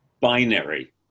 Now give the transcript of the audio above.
binary